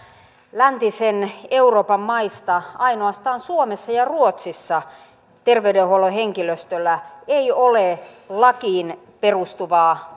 läntisen euroopan maista ainoastaan suomessa ja ruotsissa terveydenhuollon henkilöstöllä ei ole lakiin perustuvaa